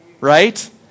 right